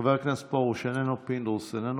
חבר הכנסת פרוש, איננו, פינדרוס, איננו.